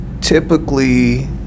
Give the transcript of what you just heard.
typically